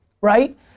right